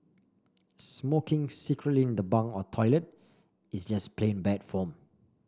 smoking secretly in the bunk or toilet is just plain bad form